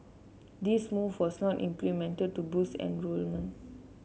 this move was not implemented to boost enrolment